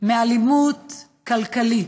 מאלימות כלכלית?